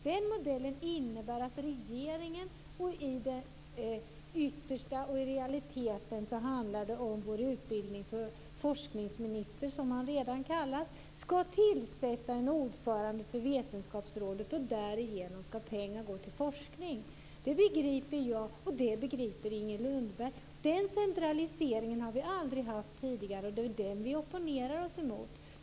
Den modellen innebär att regeringen - och i det yttersta och i realiteten handlar det då om vår utbildnings och forskningsminister, som han redan kallas - ska tillsätta en ordförande för vetenskapsrådet. Därigenom ska pengar gå till forskning. Det begriper jag, och det begriper Inger Lundberg. Den centraliseringen har vi aldrig haft tidigare. Det är den som vi opponerar oss emot.